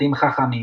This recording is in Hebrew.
בתים חכמים